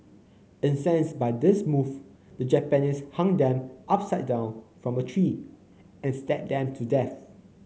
incensed by this move the Japanese hung them upside down from a tree and stabbed them to death